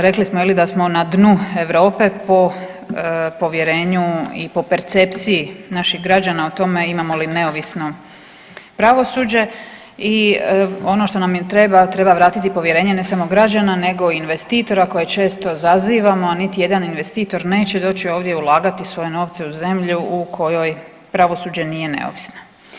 Rekli smo je li da smo na dnu Europe po povjerenju i po percepciji naših građana o tome imamo li neovisno pravosuđe i ono što nam i treba treba vratiti povjerenje ne samo građana nego i investitora koje često zazivamo, a niti jedan investitor neće doći ovdje ulagati svoje novce u zemlju u kojoj pravosuđe nije neovisno.